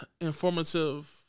informative